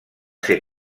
ser